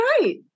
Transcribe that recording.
right